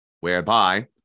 whereby